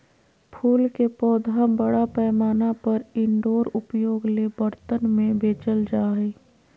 फूल के पौधा बड़ा पैमाना पर इनडोर उपयोग ले बर्तन में बेचल जा हइ